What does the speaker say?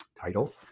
title